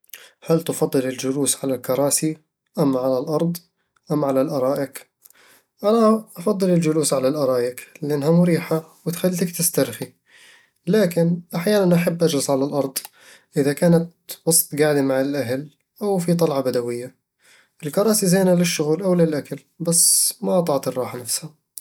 هل تفضل الجلوس على الكراسي، أم على الأرض، أم على الأرائك؟ أنا أفضل الجلوس على الأرايك، لأنها مريحة وتخليك تسترخي لكن أحيانًا أحب أجلس على الأرض إذا كنت وسط قعدة مع الأهل أو في طلعة بدوية الكراسي زينة للشغل أو للأكل، بس ما تعطي الراحة نفسها